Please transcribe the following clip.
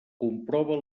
comprova